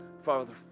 father